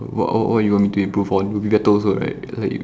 what what what you want me improve on will be better also right like